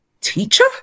Teacher